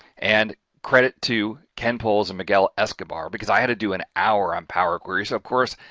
and credit to ken puls and miguel escobar because i had to do an hour on power query, so of course,